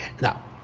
Now